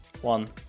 One